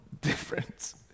difference